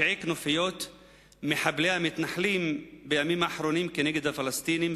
הרב ראה במו-עיניו את פשעי כנופיות מחבלי המתנחלים נגד הפלסטינים,